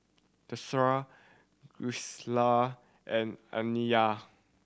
Tressie and Aniyah